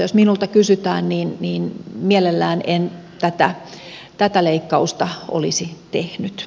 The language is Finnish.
jos minulta kysytään niin mielelläni en tätä leikkausta olisi tehnyt